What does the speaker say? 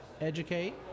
Educate